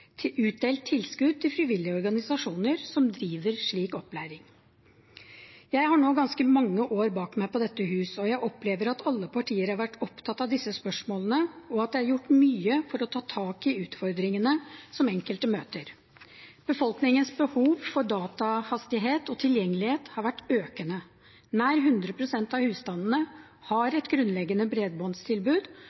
utdelt tilskudd til frivillige organisasjoner som driver slik opplæring. Jeg har nå ganske mange år bak meg i dette hus, og jeg opplever at alle partier har vært opptatt av disse spørsmålene, og at det er gjort mye for å ta tak i utfordringene som enkelte møter. Befolkningens behov for datahastighet og tilgjengelighet har vært økende. Nær hundre prosent av husstandene har et grunnleggende bredbåndstilbud,